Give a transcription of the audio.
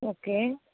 okay